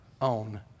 own